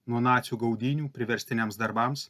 nuo nacių gaudynių priverstiniams darbams